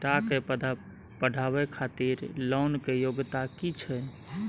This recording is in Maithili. बेटा के पढाबै खातिर लोन के योग्यता कि छै